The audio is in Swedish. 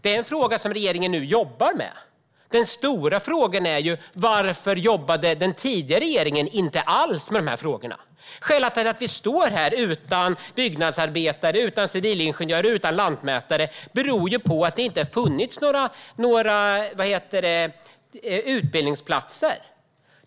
Det är något regeringen nu jobbar med. Den stora frågan är ju varför den tidigare regeringen inte jobbade med dessa frågor alls. Skälet till att vi står här utan byggnadsarbetare, civilingenjörer och lantmätare är ju att det inte har funnits några utbildningsplatser.